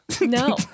No